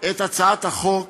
את הצעת החוק